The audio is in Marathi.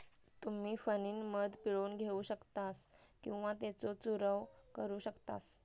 तुम्ही फणीनं मध पिळून घेऊ शकतास किंवा त्येचो चूरव करू शकतास